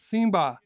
Simba